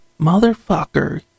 motherfucker